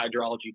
hydrology